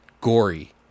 gory